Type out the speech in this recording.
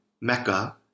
Mecca